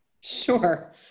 Sure